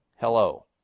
Hello